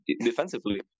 defensively